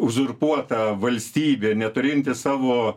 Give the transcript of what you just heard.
uzurpuota valstybė neturinti savo